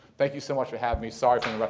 thank you so much for having me. sorry for and but